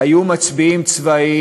היו מצביאים צבאיים.